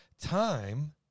time